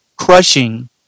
crushing